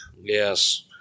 Yes